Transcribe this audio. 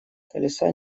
колеса